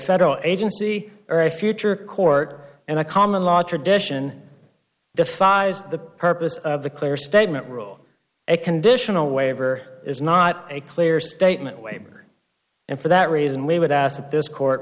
federal agency or a future court and a common law tradition defies the purpose of the clear statement wrote a conditional waiver is not a clear statement waiver and for that reason we would ask that this court